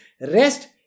Rest